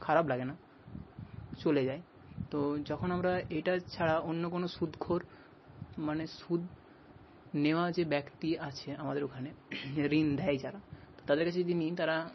খারাপ লাগে না চলে যায় তো যখন আমরা এটা ছাড়া অন্য কোনও সুদখোর মানে সুদ নেওয়া যে ব্যক্তি আছে আমাদের ওখানে ঋণ দেয় যারা তো তাদের কাছে যদি নিই তারা